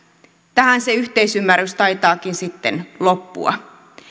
tähän se yhteisymmärrys taitaakin sitten loppua